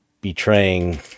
betraying